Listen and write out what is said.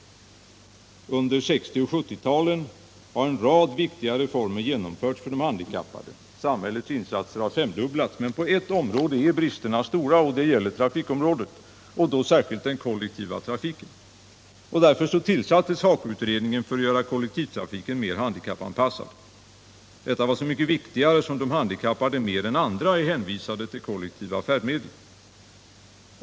Under 1960 och 1970-talen har en rad viktiga reformer genomförts för de handikappade — samhällets insatser har femdubblats. Men på ett område är svårigheterna stora. Det gäller trafikområdet, och då särskilt den kollektiva trafiken. Därför tillsattes HAKO-utredningen för att göra kollektivtrafiken mer handikappanpassad. Detta var så mycket viktigare som de handikappade mer än andra är hänvisade till kollektiva färdmedel.